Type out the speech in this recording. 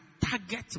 target